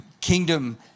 kingdom